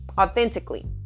authentically